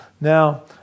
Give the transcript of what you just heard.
Now